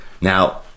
Now